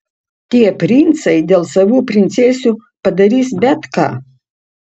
tie princai dėl savų princesių padarys bet ką